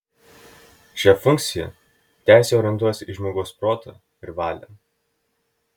šia funkciją teisė orientuojasi į žmogaus protą ir valią